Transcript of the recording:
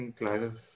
classes